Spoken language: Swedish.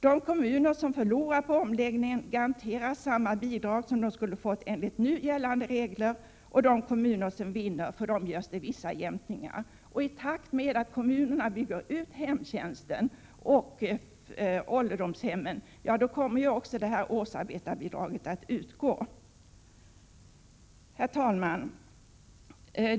De kommuner som förlorar på omläggningen garanteras samma bidrag som de skulle ha fått enligt nu gällande regler, och för de kommuner som vinner görs vissa jämkningar. I takt med att kommunerna bygger ut hemtjänsten och ålderdomshemmen kommer också årsarbetarbidraget att utgå. Herr talman!